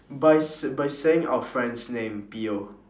by s~ by saying our friend's name piyo